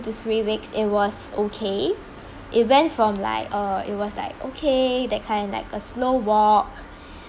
to three weeks it was okay it went from like uh it was like okay that kind like a slow walk